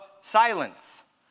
silence